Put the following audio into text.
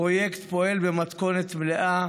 הפרויקט פועל במתכונת מלאה,